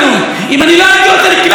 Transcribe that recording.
אם אני לא הייתי רוצה לקנות מערבים,